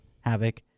havoc